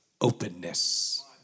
openness